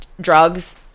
drugs